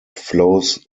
flows